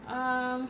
um